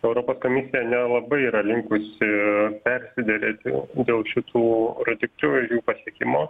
europos komisija nelabai yra linkusi ir persiderėti dėl šitų rodiklių ir jų pasiekimo